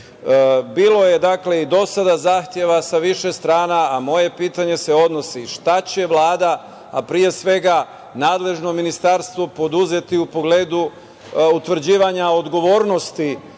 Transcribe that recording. je i do sada zahteva sa više strana, a moje pitanje se odnosi – šta će Vlada, a pre svega nadležno ministarstvo, preduzeti u pogledu utvrđivanja odgovornosti